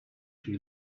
she